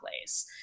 place